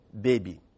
baby